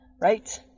right